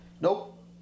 Nope